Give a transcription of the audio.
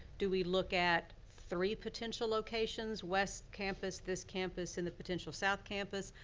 do we look at three potential locations? west campus, this campus, and the potential south campus?